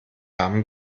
haben